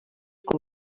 com